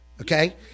okay